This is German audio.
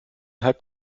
hype